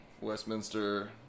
Westminster